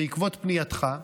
בעקבות פנייתך,